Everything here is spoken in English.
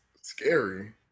scary